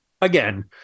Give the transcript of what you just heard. Again